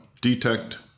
detect